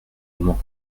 moment